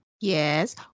Yes